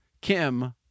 Kim